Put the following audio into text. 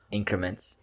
Increments